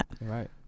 right